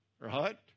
right